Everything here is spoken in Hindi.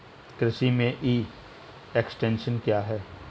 कृषि में ई एक्सटेंशन क्या है?